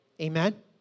Amen